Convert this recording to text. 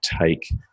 take